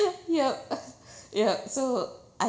yup yup so I